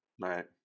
Right